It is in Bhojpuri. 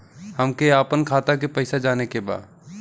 हमके आपन खाता के पैसा जाने के बा